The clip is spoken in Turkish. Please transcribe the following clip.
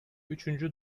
üçüncü